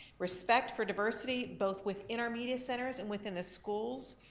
respect for diversity both within our media centers and within the schools.